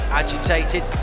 agitated